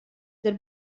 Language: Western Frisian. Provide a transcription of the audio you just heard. der